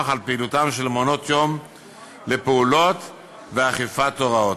על פעילותם של מעונות-יום ואכיפת הוראותיו.